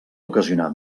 ocasionar